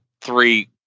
three